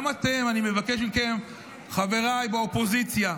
גם אתם, אני מבקש מכם, חבריי באופוזיציה.